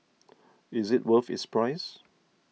is it worth its price